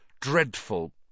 dreadful